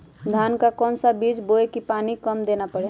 धान का कौन सा बीज बोय की पानी कम देना परे?